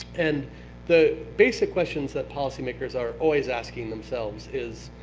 and the basic questions that policymakers are always asking themselves is,